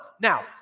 Now